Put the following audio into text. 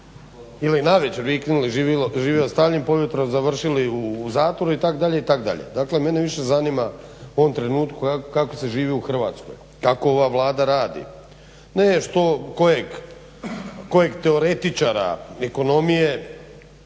ili navečer viknuli živo Staljin pa ujutro završili u zatvoru itd. Dakle mene više zanima u ovom trenutku kako se živi u Hrvatskoj, kako ova Vlada radi ne što kojeg teoretičara ekonomije